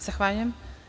Zahvaljujem.